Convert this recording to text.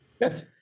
Yes